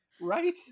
right